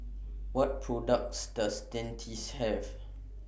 What products Does Dentiste Have